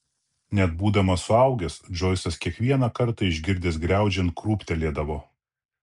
net būdamas suaugęs džoisas kiekvieną kartą išgirdęs griaudžiant krūptelėdavo